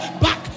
back